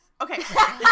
Okay